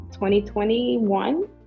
2021